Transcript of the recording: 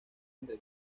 entre